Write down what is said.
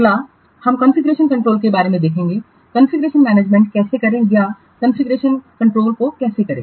अगला हम configuration control के बारे में देखेंगे कॉन्फ़िगरेशन मैनेजमेंट कैसे करें या इस कॉन्फ़िगरेशन कंट्रोल को कैसे करें